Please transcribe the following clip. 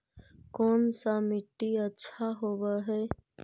कोन सा मिट्टी अच्छा होबहय?